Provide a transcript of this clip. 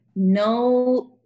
No